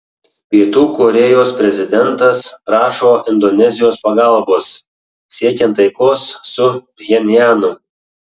pietų korėjos prezidentas prašo indonezijos pagalbos siekiant taikos su pchenjanu